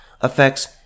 affects